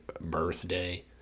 birthday